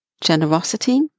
generosity